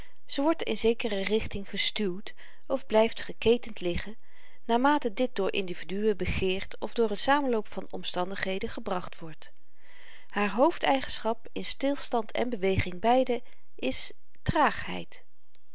wordt in zekere richting gestuwd of blyft geketend liggen naarmate dit door individuen begeerd of door n samenloop van omstandigheden gebracht wordt haar hoofdeigenschap in stilstand en beweging beide is traagheid